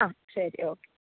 ആ ശരി ഓക്കേ